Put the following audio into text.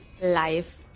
life